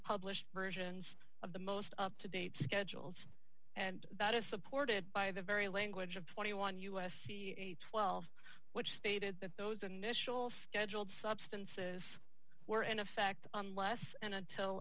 published versions of the most up to date schedules and that is supported by the very language of twenty one u s c twelve which stated that those initial scheduled substances were in effect unless and until